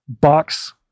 box